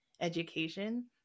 education